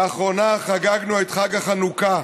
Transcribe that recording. לאחרונה חגגנו את חג החנוכה,